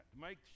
make